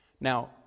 Now